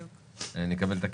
כאזרחים נקבל את הכסף,